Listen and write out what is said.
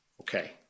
Okay